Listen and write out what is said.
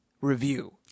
review